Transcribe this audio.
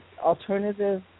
alternative